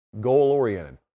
goal-oriented